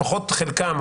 לפחות חלקם,